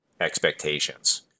expectations